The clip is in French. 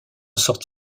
sort